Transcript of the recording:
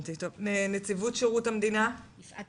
סגנית מנהל אגף המשמעת בנציבות שירות המדינה ובעבר שימשתי